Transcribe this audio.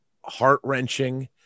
heart-wrenching